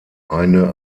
eine